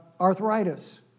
arthritis